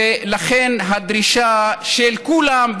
ולכן הדרישה של כולם,